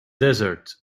desert